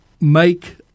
make